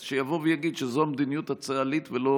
אז שיבוא ויגיד שזו המדיניות הצה"לית ולא